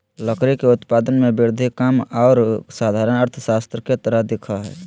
लकड़ी के उत्पादन में वृद्धि काम पर साधारण अर्थशास्त्र के तरह दिखा हइ